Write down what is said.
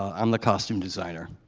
i'm the costume designer.